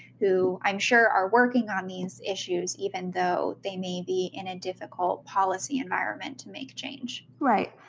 who i'm sure are working on these issues even though they may be in a difficult policy environment to make change. right.